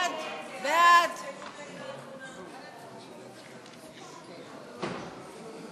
ההסתייגות של קבוצת סיעת המחנה הציוני לאחרי פרק י"ג לא נתקבלה.